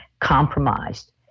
compromised